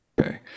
Okay